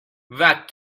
vas